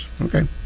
Okay